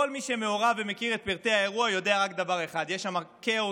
כל מי שמעורב ומכיר את פרטי האירוע יודע רק דבר אחד: יש שם כאוס,